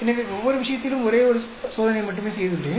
எனவே ஒவ்வொரு விஷயத்திலும் ஒரே ஒரு சோதனை மட்டுமே செய்துள்ளேன்